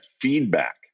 feedback